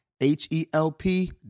H-E-L-P